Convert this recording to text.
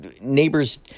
neighbors